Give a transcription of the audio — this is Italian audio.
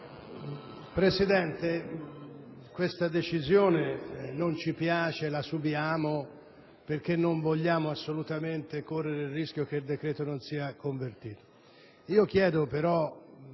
Presidente, questa decisione non ci piace, la subiamo perché non vogliamo assolutamente correre il rischio che il decreto non sia convertito.